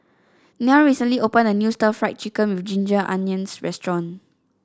Nell recently opened a new Stir Fried Chicken with Ginger Onions restaurant